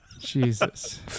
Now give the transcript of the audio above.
Jesus